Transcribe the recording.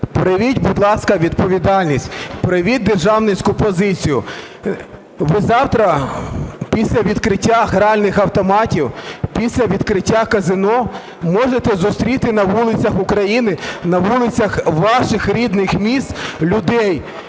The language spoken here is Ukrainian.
проявіть, будь ласка, відповідальність, проявіть державницьку позицію. Ви завтра після відкриття гральних автоматів, після відкриття казино можете зустріти на вулицях України, на вулицях ваших рідних міст людей,